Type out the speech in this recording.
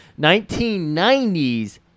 1990s